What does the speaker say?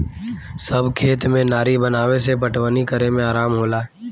सब खेत में नारी बनावे से पटवनी करे में आराम होला